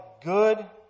good